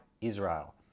Israel